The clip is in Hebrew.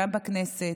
גם בכנסת,